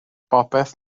bopeth